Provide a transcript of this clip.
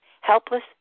helpless